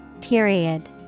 Period